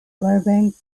burbank